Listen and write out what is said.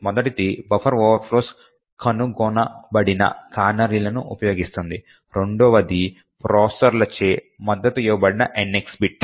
మొదటిది buffer overflows కనుగొనబడిన కానరీలను ఉపయోగిస్తుంది రెండవది ప్రాసెసర్లచే మద్దతు ఇవ్వబడిన NX బిట్